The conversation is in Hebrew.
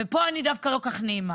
ופה אני דווקא לא כל כך נעימה.